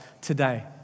today